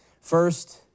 First